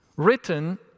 written